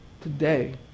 Today